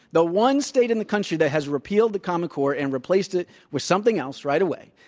the one state in the country that has repealed the common core and replaced it with something else right away,